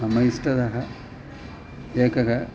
मम इष्टतमः लेखः